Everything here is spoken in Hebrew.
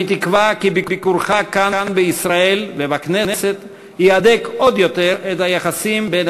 אני תקווה כי ביקורך כאן בישראל ובכנסת יהדק עוד יותר את היחסים בין